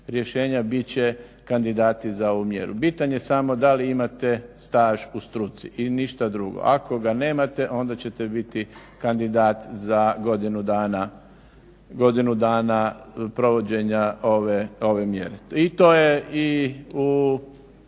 rješenja bit će kandidati za ovu mjeru. Bitan je samo da li imate staž u struci i ništa drugo. Ako ga nemate onda ćete biti kandidat za godinu dana provođenja ove mjere. I to je i u